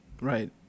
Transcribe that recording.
right